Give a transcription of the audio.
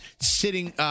sitting